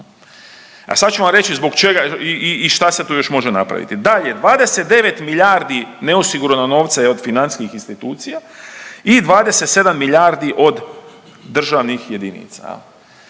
A sad ću vam reći zbog čega i, i šta se tu još može napraviti. Dalje, 29 milijardi neosiguranog novca je od financijskih institucija i 27 milijardi od državnih jedinica